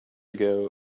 ago